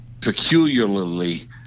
peculiarly